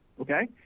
okay